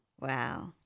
Wow